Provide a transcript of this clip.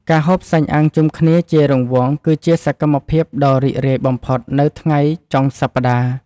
ការហូបសាច់អាំងជុំគ្នាជារង្វង់ គឺជាសកម្មភាពដ៏រីករាយបំផុតនៅថ្ងៃចុងសប្តាហ៍។